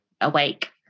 awake